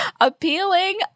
appealing